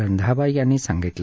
रंधावा यांनी सांगितलं